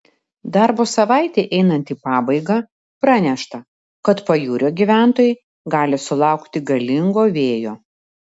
darbo savaitei einant į pabaigą pranešta kad pajūrio gyventojai gali sulaukti galingo vėjo